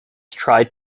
tried